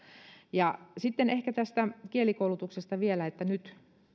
sitten ehkä tästä kielikoulutuksesta vielä että nyt